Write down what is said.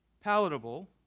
palatable